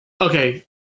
okay